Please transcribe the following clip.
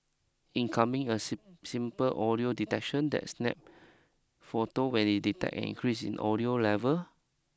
in coming a simple audio detection that snap photo when it detect an increase in audio level